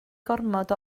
gormod